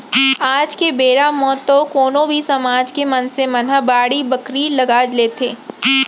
आज के बेरा म तो कोनो भी समाज के मनसे मन ह बाड़ी बखरी लगा लेथे